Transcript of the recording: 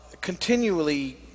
continually